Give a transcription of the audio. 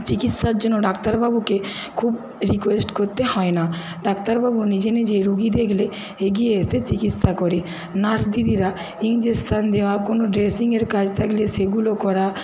চিকিৎসার জন্য ডাক্তারবাবুকে খুব রিকোয়েস্ট করতে হয় না ডাক্তারবাবু নিজে নিজেই রুগি দেখলে এগিয়ে এসে চিকিৎসা করে নার্স দিদিরা ইঞ্জেক্সান দেওয়া কোনো ড্রেসিংয়ের কাজ থাকলে সেগুলো করা